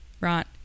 right